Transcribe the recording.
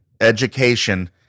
education